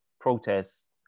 protests